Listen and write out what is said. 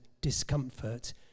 discomfort